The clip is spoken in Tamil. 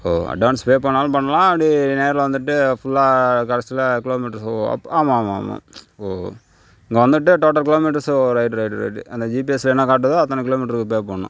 ஓ அட்வான்ஸ் பே பண்ணாலும் பண்ணலாம் அப்படி நேரில் வந்துட்டு ஃபுல்லாக கடைசில கிலோமீட்டருக்கு ஓ அப் ஆமா ஆமா ஆமா ஓ இங்கே வந்துட்டு டோட்டல் கிலோமீட்டர்ஸு ஓ ரைட் ரைட்டு ரைட்டு அந்த ஜிபிஎஸ்ஸில் என்ன காட்டுதோ அத்தனை கிலோமீட்டருக்கு பே பண்ணணும்